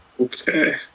Okay